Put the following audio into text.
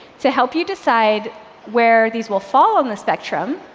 to help you decide where these will fall on the spectrum,